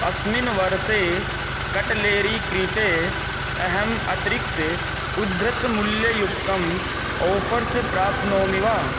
अस्मिन् वर्षे कटलेरी क्रीते अहम् अतिरिक्ते उद्धृतं मूल्ययुक्तम् ओफ़र्स् प्राप्नोमि वा